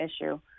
issue